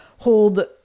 hold